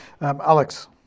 Alex